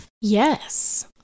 Yes